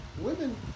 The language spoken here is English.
women